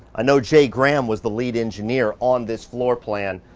ah know jay graham was the lead engineer on this floor plan.